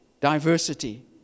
Diversity